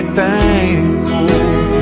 thankful